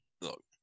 Look